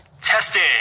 Testing